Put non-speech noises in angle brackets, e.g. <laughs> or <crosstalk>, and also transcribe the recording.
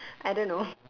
I don't know <laughs>